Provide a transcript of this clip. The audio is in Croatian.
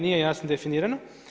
Nije jasno definirano.